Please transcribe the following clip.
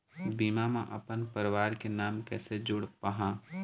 बीमा म अपन परवार के नाम कैसे जोड़ पाहां?